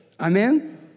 Amen